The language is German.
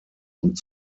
und